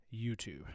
YouTube